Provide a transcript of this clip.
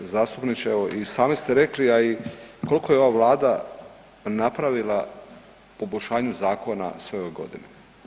Zastupniče, evo i sami ste rekli a i koliko je ova Vlada napravila u poboljšanju zakona sve ove godine.